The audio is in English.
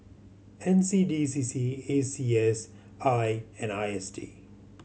N C D C C A C S I and I S D